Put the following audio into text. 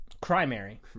Primary